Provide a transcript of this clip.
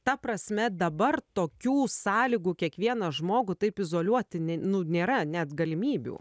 ta prasme dabar tokių sąlygų kiekvieną žmogų taip izoliuoti ne nu nėra net galimybių